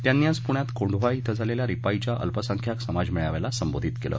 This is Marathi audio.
त्यांनी आज पुण्यात कोंढवा इथं झालेल्या रिपाइंच्या अल्पसंख्यांक समाज मेळाव्याला संबोधित केलं